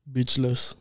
Beachless